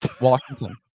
Washington